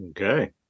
Okay